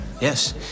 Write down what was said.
yes